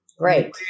Right